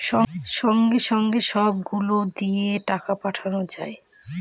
সঙ্গে সঙ্গে সব গুলো দিয়ে টাকা পাঠানো যায়